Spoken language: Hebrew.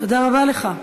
תודה רבה לך.